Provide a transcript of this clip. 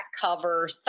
cover